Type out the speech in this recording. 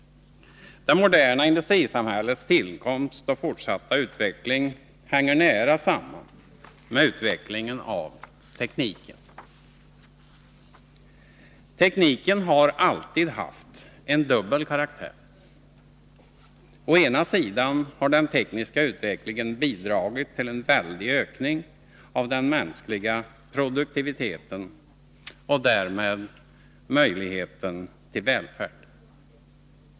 Det moderna industrisamhällets tillkomst och fortsatta utveckling hänger nära samman med utvecklingen av tekniken. Tekniken har alltid haft en dubbel karaktär. Å ena sidan har den tekniska utvecklingen bidragit till en väldig ökning av den mänskliga produktiviteten och därmed möjligheterna till välfärd.